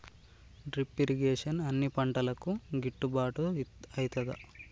Drip irrigation అన్ని పంటలకు గిట్టుబాటు ఐతదా?